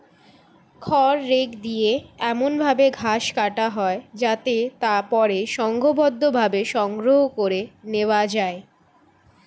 খড় রেক দিয়ে এমন ভাবে ঘাস কাটা হয় যাতে তা পরে সংঘবদ্ধভাবে সংগ্রহ করে নেওয়া যায়